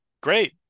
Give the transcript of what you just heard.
Great